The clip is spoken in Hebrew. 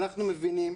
אנחנו מבינים,